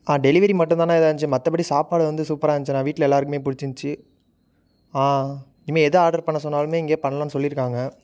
ஆ delivery மட்டுந்தாண்ணா இதாக இருந்திச்சு மற்றபடி சாப்பாடு வந்து சூப்பராக இருந்திச்சுண்ணா வீட்டில எல்லாருக்குமே பிடிச்சிருந்துச்சு ஆ இனிமேல் எது ஆடர் பண்ண சொன்னாலுமே இங்கேயே பண்ணலாம்னு சொல்லிருக்காங்க